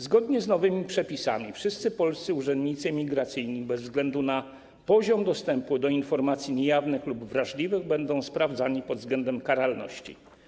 Zgodnie z nowymi przepisami wszyscy polscy urzędnicy imigracyjni bez względu na poziom dostępu do informacji niejawnych lub wrażliwych będą sprawdzani pod względem karalności.